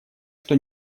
что